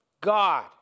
God